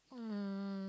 um